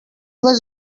was